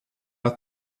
are